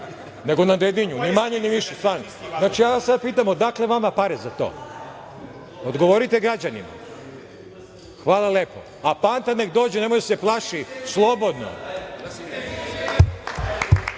nego na Dedinju, ni manje ni više. Ja vas sad pitam odakle vama pare za to? Odgovorite građanima. Hvala lepo.A Panta neka dođe, nemoj da se plaši, slobodno.